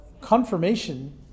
confirmation